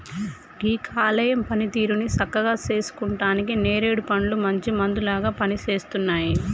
గీ కాలేయం పనితీరుని సక్కగా సేసుకుంటానికి నేరేడు పండ్లు మంచి మందులాగా పనిసేస్తున్నాయి